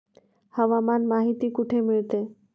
हवामान माहिती कुठे मिळते?